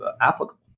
applicable